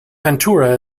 ventura